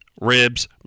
ribs